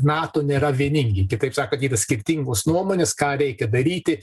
nato nėra vieningi kitaip sakant yra skirtingos nuomonės ką reikia daryti